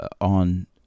on